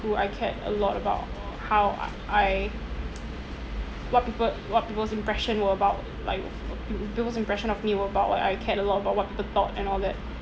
who I cared a lot about how uh I what people what people's impression were about like peop~ people's impression of me were about what I cared a lot about what people talk and all that